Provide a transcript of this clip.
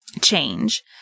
change